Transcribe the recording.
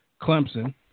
Clemson